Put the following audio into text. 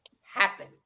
happen